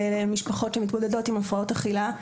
משפחות שמתמודדות עם הפרעות אכילה.